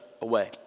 away